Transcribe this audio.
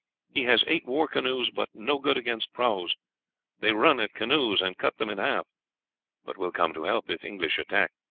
he has eight war canoes, but no good against prahus they run at canoes, and cut them in half but will come to help if english attack.